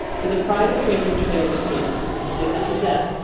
for the pride of trace and trail was his, and, sick unto death,